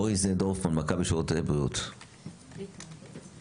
מוריס דורפמן, מכבי שירותי בריאות, בבקשה.